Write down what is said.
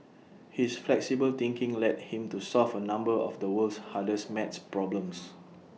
his flexible thinking led him to solve A number of the world's hardest math problems